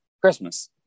Christmas